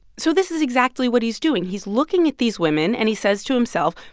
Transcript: so this is exactly what he's doing. he's looking at these women, and he says to himself,